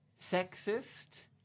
sexist